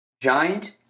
Giant